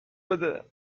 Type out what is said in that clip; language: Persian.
بده